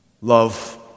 Love